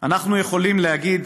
אנחנו יכולים להגיד,